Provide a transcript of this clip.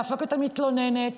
עם המתלוננת,